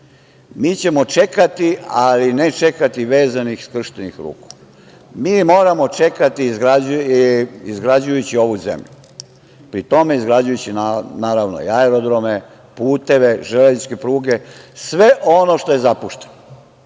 Mi ćemo čekati, ali ne čekati vezanih i skrštenih ruku. Mi moramo čekati izgrađujući ovu zemlju, pri tome izgrađujući naravno i aerodrome, puteve, železničke pruge, sve ono što je zapušteno.Za